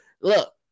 Look